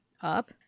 up